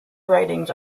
writings